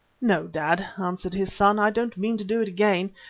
no, dad, answered his son, i don't mean to do it again,